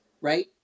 Right